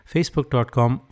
Facebook.com